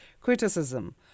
criticism